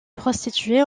prostituées